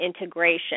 integration